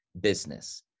business